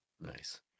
Nice